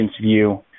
view